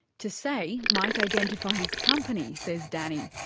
to say might identify his company, says danny,